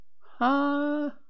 Ha